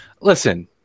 Listen